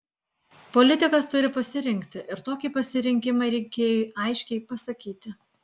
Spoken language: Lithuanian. politikas turi pasirinkti ir tokį pasirinkimą rinkėjui aiškiai pasakyti